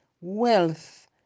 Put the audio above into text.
wealth